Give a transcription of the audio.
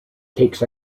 takes